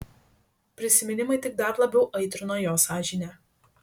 prisiminimai tik dar labiau aitrino jo sąžinę